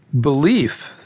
belief